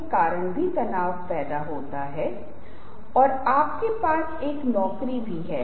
यह सिर्फ एक त्वरित विचार देने के लिए है कि ये आसन हो सकते हैं जिन्हें नकारात्मक माना जा सकता है